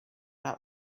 out